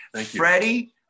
Freddie